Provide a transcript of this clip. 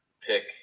pick